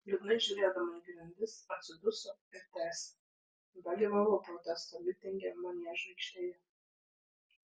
liūdnai žiūrėdama į grindis atsiduso ir tęsė dalyvavau protesto mitinge maniežo aikštėje